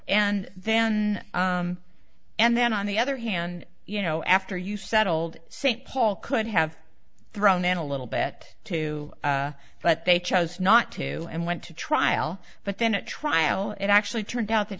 and then and then on the other hand you know after you settled saint paul could have thrown in a little bit too but they chose not to and went to trial but then at trial it actually turned out that